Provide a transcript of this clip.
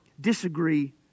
disagree